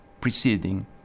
preceding